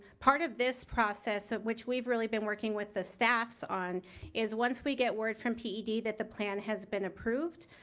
part of this process of which we've really been working with the staffs on is once we get word from ped that the plan has been approved,